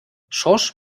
schorsch